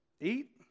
Eat